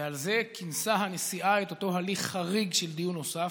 ועל זה כינסה הנשיאה את אותו הליך חריג של דיון נוסף,